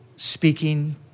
speaking